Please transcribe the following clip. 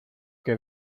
que